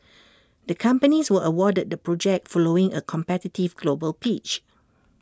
the companies were awarded the project following A competitive global pitch